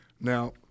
Now